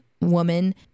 woman